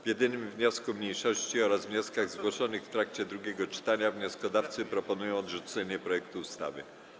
W jedynym wniosku mniejszości oraz wnioskach zgłoszonych w trakcie drugiego czytania wnioskodawcy proponują odrzucenie projektu ustawy.